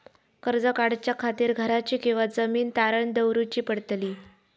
कर्ज काढच्या खातीर घराची किंवा जमीन तारण दवरूची पडतली?